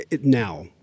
now